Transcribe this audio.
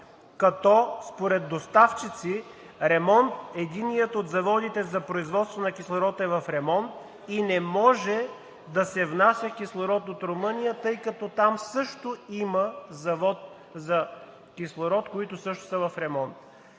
като според доставчици единият от заводите за производство на кислород е в ремонт и не може да се внася кислород от Румъния, тъй като там също има завод за кислород, който също е в ремонт.